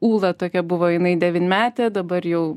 ūla tokia buvo jinai devynmetė dabar jau